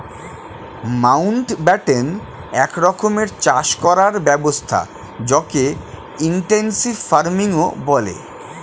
Mountbatten এক রকমের চাষ করার ব্যবস্থা যকে ইনটেনসিভ ফার্মিংও বলে